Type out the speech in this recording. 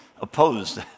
Opposed